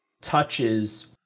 touches